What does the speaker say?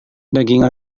daging